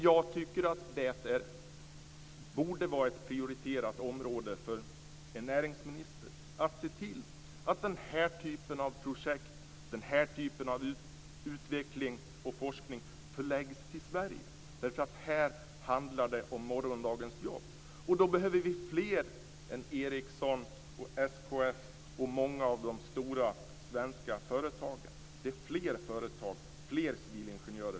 Jag tycker att det borde vara ett prioriterat område för en näringsminister att se till att den här typen av utveckling och forskning förläggs till Sverige. Det handlar här om morgondagens jobb, och då behöver vi fler än Ericsson, SKF och de andra stora svenska företagen. Vi behöver fler företag och civilingenjörer.